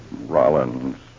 Rollins